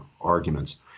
arguments